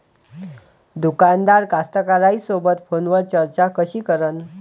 दुकानदार कास्तकाराइसोबत फोनवर चर्चा कशी करन?